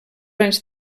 anys